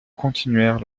continuèrent